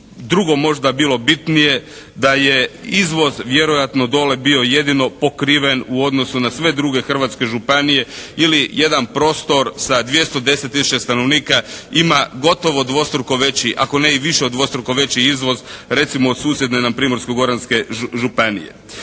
drugo možda bilo bitnije da je izvoz vjerojatno dole bio jedino pokriven u odnosu na sve druge hrvatske županije ili jedan prostor sa 210 tisuća stanovnika ima gotovo dvostruko veći ako ne i više od dvostruko veći izvoz recimo od susjedne nam Primorsko-goranske županije.